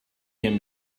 can